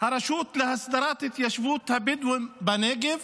הרשות להסדרת התיישבות הבדואים בנגב